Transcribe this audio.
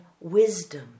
wisdom